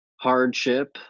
hardship